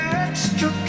extra